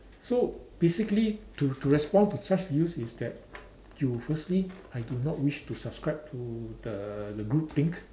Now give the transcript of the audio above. so basically to to respond to such use is that you firstly I do not wish to subscribe to the the group think